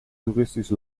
toeristisch